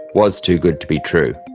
was too good to be true.